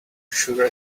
sure